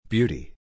Beauty